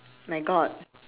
my god